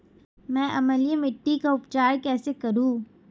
मैं अम्लीय मिट्टी का उपचार कैसे करूं?